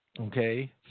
okay